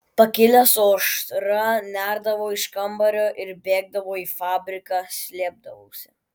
pakilęs su aušra nerdavau iš kambario ir bėgdavau į fabriką slėpdavausi